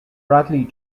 bradley